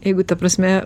jeigu ta prasme